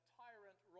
tyrant